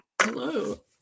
hello